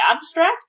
abstract